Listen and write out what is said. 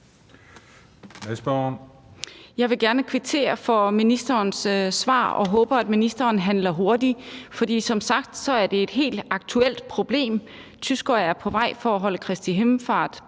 Jeg vil gerne kvittere for ministerens svar, og jeg håber, at ministeren handler hurtigt, for som sagt er det et helt aktuelt problem. Tyskere er på vej for at holde Kristi himmelfart